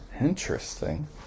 interesting